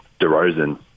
DeRozan